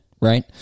right